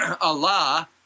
Allah